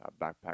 backpack